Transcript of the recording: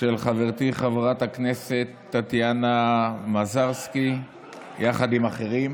של חברתי חברת הכנסת טטיאנה מזרסקי יחד עם אחרים,